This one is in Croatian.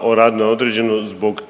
o radu na određeno, zbog koji